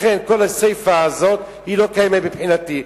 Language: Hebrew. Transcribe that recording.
כל הסיפא הזאת לא קיימת מבחינתי,